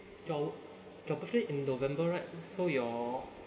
your your birthday in november right so you're